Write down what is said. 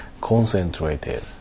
concentrated